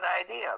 idea